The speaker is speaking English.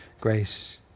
grace